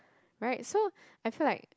right so I feel like